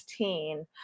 2016